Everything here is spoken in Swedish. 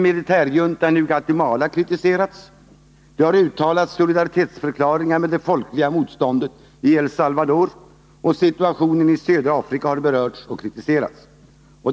militärjuntan i Guatemala kritiserats, det har uttalats solidaritetsförklaringar med det folkliga motståndet i El Salvador, och situationen i södra Afrika har berörts och kritiserats.